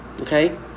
okay